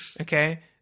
Okay